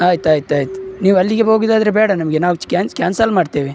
ಆಯ್ತು ಆಯ್ತು ಆಯ್ತು ನೀವು ಅಲ್ಲಿಗೆ ಹೋಗೋದಾದ್ರೆ ಬೇಡ ನಮಗೆ ನಾವು ಕ್ಯಾನ್ಸ್ ಕ್ಯಾನ್ಸಲ್ ಮಾಡ್ತೇವೆ